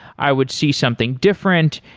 i would see something different.